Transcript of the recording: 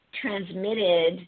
transmitted